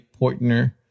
Portner